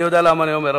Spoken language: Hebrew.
אני יודע למה אני אומר.